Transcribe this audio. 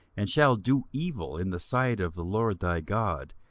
and shall do evil in the sight of the lord thy god,